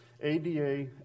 ADA